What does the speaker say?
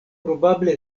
probable